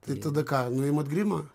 tai tada ką nuimat grimą